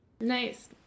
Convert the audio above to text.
Nice